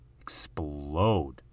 explode